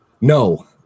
No